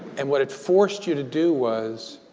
and what it forced you to do was,